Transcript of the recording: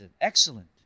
excellent